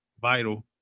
vital